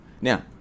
Now